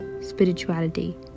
spirituality